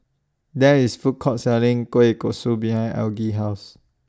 There IS Food Court Selling Kueh Kosui behind Algie's House